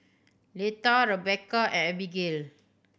Leatha Rebecca and Abigayle